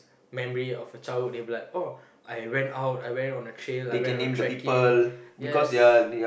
memory of a childhood they'll be like oh I went out I went on a trail I went on a trekking yes